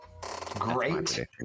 Great